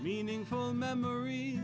meaningful memor